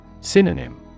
Synonym